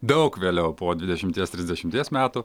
daug vėliau po dvidešimties trisdešimties metų